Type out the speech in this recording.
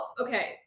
Okay